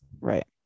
Right